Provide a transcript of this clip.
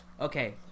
Okay